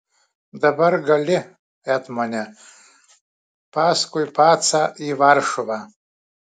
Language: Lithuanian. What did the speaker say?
dabar gali etmone paskui pacą į varšuvą